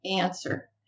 answer